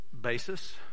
basis